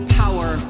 power